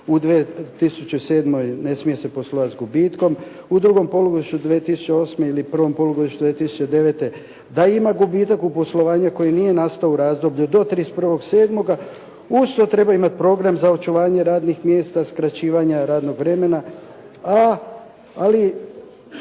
u 2007. ne smije se poslovati s gubitkom. U drugom polugodištu 2008. ili prvom polugodištu 2009. da ima gubitak u poslovanju koji nije nastao u razdoblju do 31.7. Uz to treba imati program za očuvanje radnih mjesta, skraćivanja radnog vremena i